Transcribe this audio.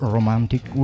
Romantic